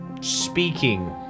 speaking